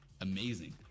amazing